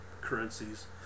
currencies